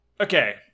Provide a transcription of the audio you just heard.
Okay